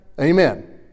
Amen